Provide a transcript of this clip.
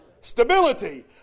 Stability